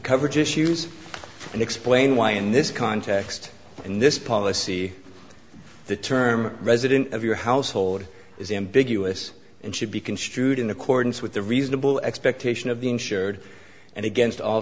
coverage issues and explain why in this context in this policy the term resident of your household is ambiguous and should be construed in accordance with the reasonable expectation of the insured and against all